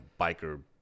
biker